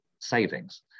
savings